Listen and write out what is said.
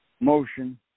Motion